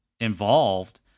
involved